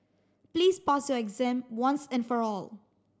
please pass your exam once and for all